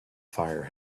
fire